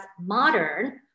modern